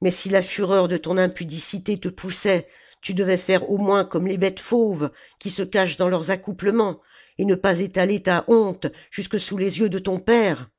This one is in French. mais si la fureur de ton impudicité te poussait tu devais faire au moins comme les bêtes fauves qui se cachent dans leurs accouplements et ne pas étaler ta honte jusque sous les yeux de ton père